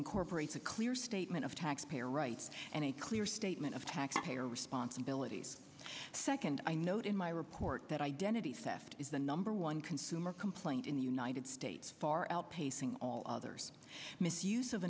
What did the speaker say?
incorporates a clear statement of taxpayer rights and a clear statement of taxpayer responsibilities second i note in my report that identity theft is the number one consumer complaint in the united states far outpacing all others misuse of